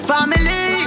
Family